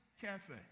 Cafe